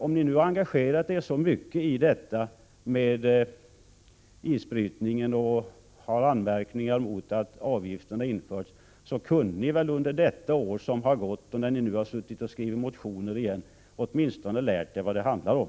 Om ni har engagerat er så mycket i detta med isbrytning och har anmärkningar mot att avgiften införts, kunde ni väl under det år som har gått innan ni satte er att skriva motioner igen åtminstone ha lärt er vad det handlar om!